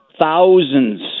thousands